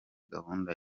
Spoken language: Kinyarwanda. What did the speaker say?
gahunda